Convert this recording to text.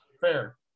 Fair